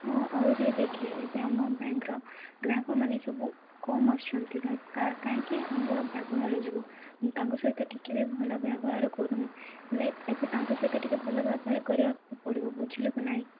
ହଁ ଆହୁରି ଦେଖେ ଏବେ ଆମ ବ୍ୟାଙ୍କର ଗ୍ରାହକ ମାନେ ସବୁ କମ୍ ଆସୁଛନ୍ତି କାହିଁକି ଆମର ବ୍ୟବହାର ଯୋଗୁ ତାଙ୍କ ସହିତ ଟିକେ ବି ଭଲ ବ୍ୟବହାର କରୁନୁ ହେଲେ ଏବେ ତାଙ୍କ ସହିତ ଟିକେ ଭଲ ବ୍ୟବହାର କରିବାକୁ ପଡ଼ିବ ବୁଝିଲୁ କି ନାଇଁ